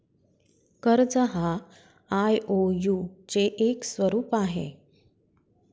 कर्ज हा आई.ओ.यु चे एक स्वरूप आहे